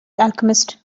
alchemist